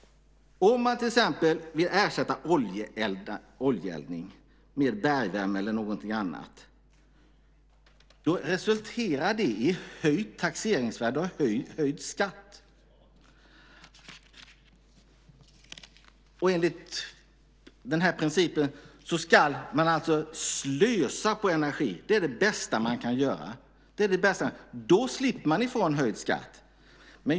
Om man till exempel vill ersätta oljeeldning med bergvärme eller någonting annat resulterar det i höjt taxeringsvärde och höjd skatt. Enligt den här principen ska man alltså slösa på energi - det är det bästa man kan göra. Då slipper man ifrån höjd skatt.